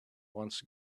once